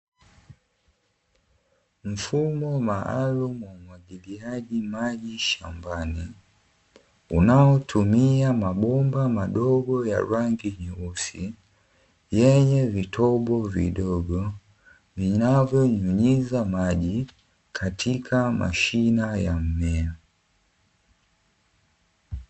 Mfumo maalumu wa umwagiliaji maji shambani unaotumia mabomba madogo ya rangi nyeusi, yenye vitobo vidogo vinavyonyunyiza maji katika mashina ya mmea.